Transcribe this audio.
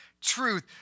truth